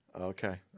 Okay